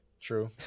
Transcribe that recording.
True